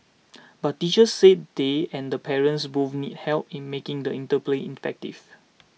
but teachers say they and the parents both need help in making the interplay effective